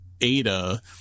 ada